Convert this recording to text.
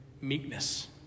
meekness